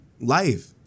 life